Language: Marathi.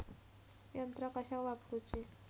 यंत्रा कशाक वापुरूची?